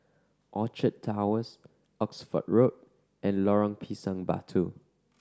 Orchard Towers Oxford Road and Lorong Pisang Batu